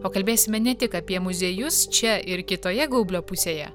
o kalbėsime ne tik apie muziejus čia ir kitoje gaublio pusėje